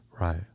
Right